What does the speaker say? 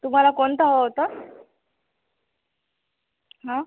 तुम्हाला कोणतं हवं होतं हां